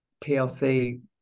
PLC